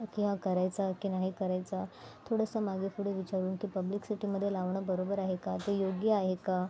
की हा करायचा की नाही करायचा थोडंसं मागे पुढे विचारुन की पब्लिक सिटीमध्ये लावणं बरोबर आहे का ते योग्य आहे का